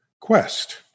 quest